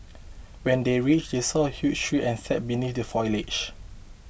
when they reached they saw a huge tree and sat beneath the foliage